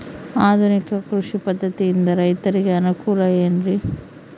ಆಧುನಿಕ ಕೃಷಿ ಪದ್ಧತಿಯಿಂದ ರೈತರಿಗೆ ಅನುಕೂಲ ಏನ್ರಿ?